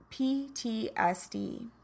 PTSD